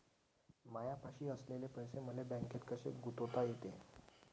मायापाशी असलेले पैसे मले बँकेत कसे गुंतोता येते?